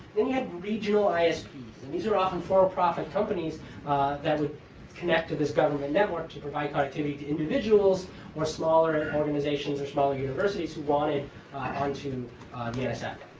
then you had regional isps. and these are often for-profit companies that would connect to this government network to provide connectivity to individuals or smaller organizations or smaller universities who wanted onto the and so nsf.